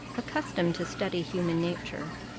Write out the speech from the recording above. accustomed to study human nature,